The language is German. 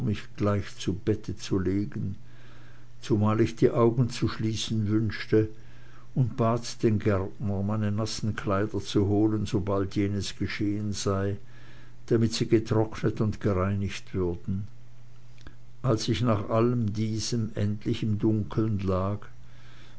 mich gleich zu bette zu legen zumal ich die augen zu schließen wünschte und ich bat den gärtner meine nassen kleider zu holen sobald jenes geschehen sei damit sie getrocknet und gereinigt würden als ich nach allem diesem endlich im dunkeln lag